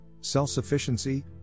self-sufficiency